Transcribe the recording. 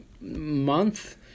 month